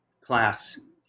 class